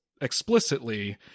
explicitly